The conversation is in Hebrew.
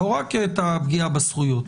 לא רק את הפגיעה בזכויות.